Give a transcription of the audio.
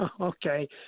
Okay